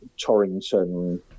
Torrington